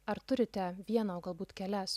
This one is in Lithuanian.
ar turite vieną o galbūt kelias